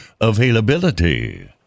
availability